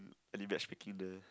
any matchmaking there